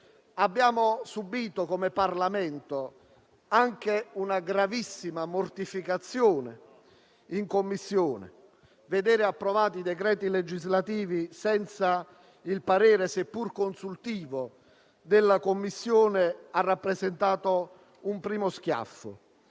abbiamo subito anche una gravissima mortificazione in Commissione in quanto l'approvazione dei decreti legislativi senza il parere, seppur consultivo, della Commissione ha rappresentato un primo schiaffo.